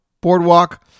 Boardwalk